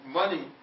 money